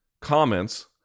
comments